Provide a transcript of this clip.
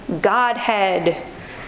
Godhead